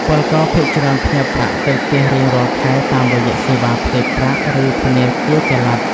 ពលករភាគច្រើនផ្ញើប្រាក់ទៅផ្ទះរៀងរាល់ខែ តាមរយៈសេវាផ្ទេរប្រាក់ ឬធនាគារចល័ត។